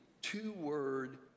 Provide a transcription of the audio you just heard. two-word